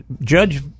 Judge